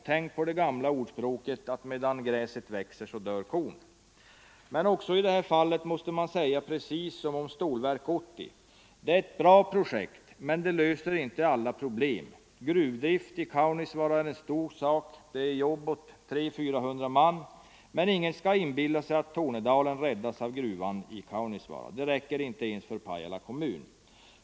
Tänk på det gamla ordspråket att ”medan gräset växer dör kon”. Men också i detta fall måste man säga precis som om Stålverk 80: Det är bra projekt, men det löser inte alla problem. Gruvdrift i Kaunisvaara är en stor sak, det ger jobb åt 300-400 man, men ingen skall inbilla sig att Tornedalen räddas av gruvan i Kaunisvaara. Den räcker inte ens för Pajala kommun.